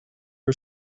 are